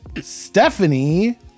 Stephanie